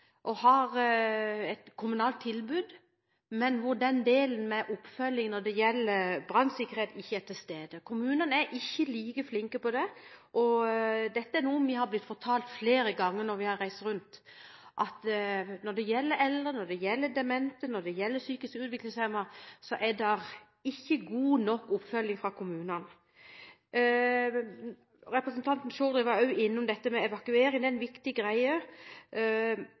har et kommunalt boligtilbud og hvor oppfølgingen når det gjelder brannsikkerhet ikke er til stede. Kommunene er ikke like flinke til det. Dette er noe vi har blitt fortalt flere ganger når vi har reist rundt, at når det gjelder eldre, demente og psykisk utviklingshemmede, er det ikke god nok oppfølging fra kommunene. Representanten Chaudhry var også innom evakuering – det er viktig,